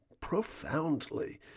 profoundly